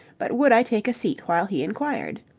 but would i take a seat while he inquired.